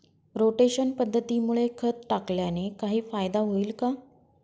Rotation पद्धतीमुळे खत टाकल्याने काही फायदा होईल का?